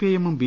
ഐഎമ്മും B